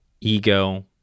ego